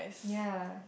yea